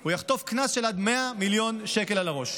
הוא יחטוף קנס של עד 100 מיליון שקלים על הראש.